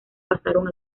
pasaron